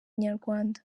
inyarwanda